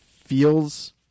feels